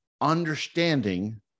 understanding